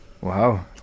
Wow